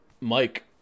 Mike